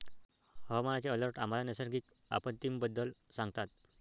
हवामानाचे अलर्ट आम्हाला नैसर्गिक आपत्तींबद्दल सांगतात